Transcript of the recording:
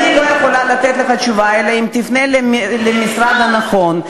אלא אם תפנה למשרד הנכון,